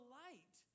light